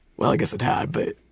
well, i guess it had, but,